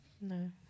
No